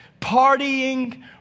partying